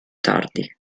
tardi